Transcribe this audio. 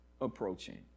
approaching